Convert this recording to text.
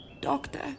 Doctor